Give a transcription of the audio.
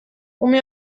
ume